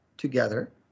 together